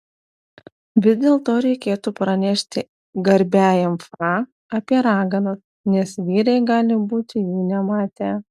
vis dėlto reikėtų pranešti garbiajam fa apie raganas nes vyrai gali būti jų nematę